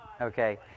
Okay